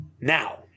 Now